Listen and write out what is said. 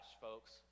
folks